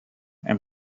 and